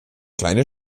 kleine